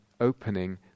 opening